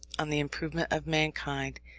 on the improvement of mankind,